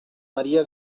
maria